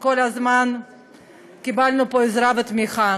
וכל הזמן קיבלנו עזרה ותמיכה,